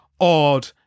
odd